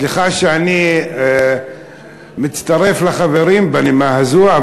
סליחה שאני מצטרף לחברים בנימה הזאת,